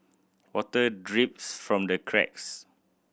water drips from the cracks